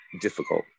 difficult